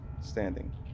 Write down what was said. standing